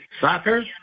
Soccer